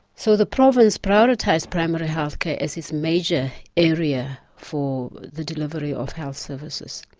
so the province prioritised primary healthcare as its major area for the delivery of health services,